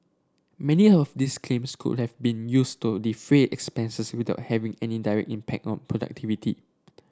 many of these claims could have been used to defray expenses without any direct impact on productivity